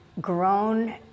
grown